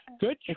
Good